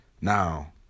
Now